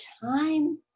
time